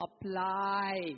apply